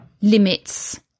limits